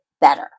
better